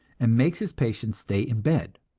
and makes his patients stay in bed.